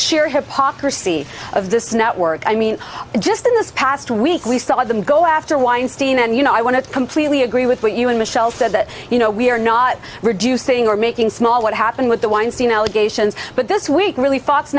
sheer hypocrisy of this network i mean just in this past week we saw them go after weinstein and you know i want to completely agree with what you and michel said that you know we're not reducing or making small what happened with the weinstein allegations but this week really fox